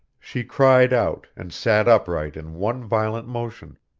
she cried out, and sat upright in one violent motion.